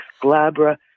glabra